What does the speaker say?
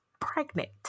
pregnant